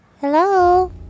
hello